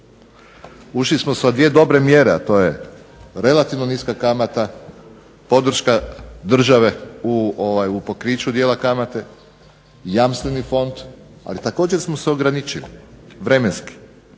Ušli smo sa dvije dobre mjere, a to je relativno niska kamata, podrška države u pokriću dijela kamate, jamstveni fond, ali također smo se ograničili, vremenski,